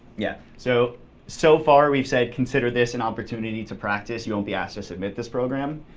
yeah so so far we've said, consider this an opportunity to practice. you won't be asked to submit this program.